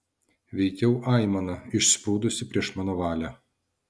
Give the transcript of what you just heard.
veikiau aimana išsprūdusi prieš mano valią